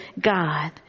God